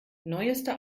neueste